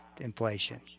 inflation